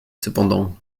cependant